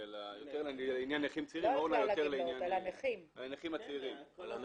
יותר לעניין נכים צעירים --- לא על הגמלאות,